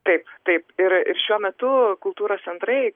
taip taip ir ir šiuo metu kultūros centrai